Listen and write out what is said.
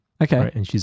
Okay